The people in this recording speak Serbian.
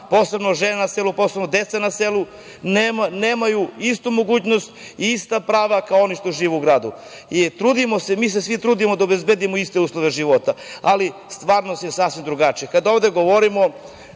posebno žena na selu, posebno deca na selu, nemaju iste mogućnosti i ista prava kao i oni koji žive u gradu. Mi se svi trudimo da obezbedimo iste uslove života, ali stvarnost je sasvim drugačija. Kada